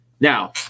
Now